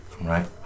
right